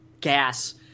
gas